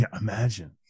imagine